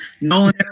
Nolan